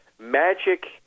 magic